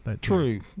true